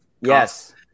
Yes